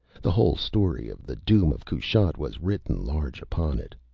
the whole story of the doom of kushat was written large upon it.